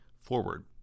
forward